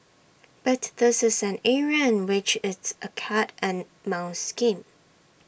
but this is an area in which it's A cat and mouse game